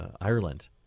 Ireland